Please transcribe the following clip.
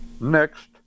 Next